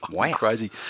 crazy